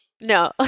No